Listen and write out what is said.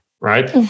Right